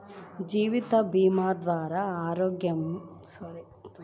జీవితభీమా ద్వారా అనారోగ్యంతో ఉన్న వారి ఆర్థికపరమైన నష్టాలకు పరిహారం పొందవచ్చు